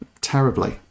terribly